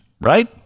right